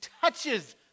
touches